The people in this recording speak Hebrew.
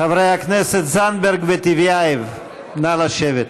חברי הכנסת זנדברג וטיבייב, נא לשבת.